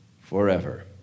forever